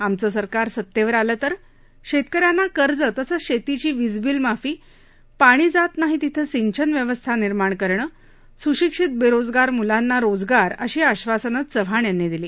आमचं सरकार सत्तेवर आलं तर शेतक यांना कर्ज तसंच शेतीची वीज बील माफी पाणी जात नाही तिथं सिंचन व्यवस्था निर्माण करणं सुशिक्षित बेरोजगार मुलांना रोजगार अशी आश्वासनं चव्हाण यांनी दिली